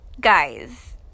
Guys